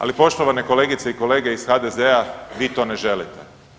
Ali, poštovane kolegice i kolege iz HDZ-a, vi to ne želite.